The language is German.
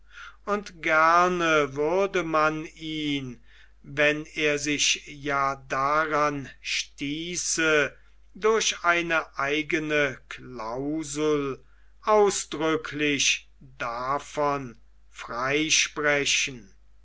und gerne würde man ihn wenn er sich ja daran stieße durch eine eigene clausel ausdrücklich davon freisprechen